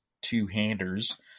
two-handers